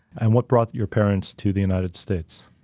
and what brought your parents to the united states?